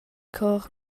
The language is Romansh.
chor